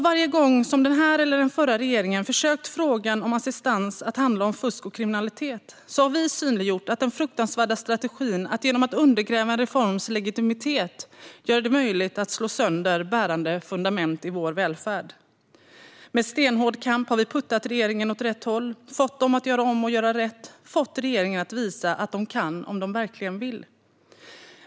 Varje gång som denna eller den förra regeringen försökt att få frågan om assistans att handla om fusk och kriminalitet har vi synliggjort den fruktansvärda strategin att genom att undergräva en reforms legitimitet göra det möjligt att slå sönder bärande fundament i vår välfärd. Med stenhård kamp har vi puttat regeringen åt rätt håll, fått dem att göra om och göra rätt och fått regeringen att visa att de kan om de verkligen vill.